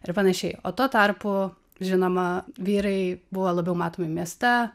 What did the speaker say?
ir panašiai o tuo tarpu žinoma vyrai buvo labiau matomi mieste